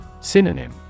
Synonym